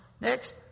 Next